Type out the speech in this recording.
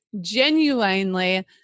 Genuinely